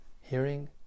hearing